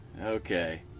Okay